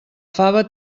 fava